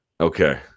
Okay